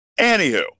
anywho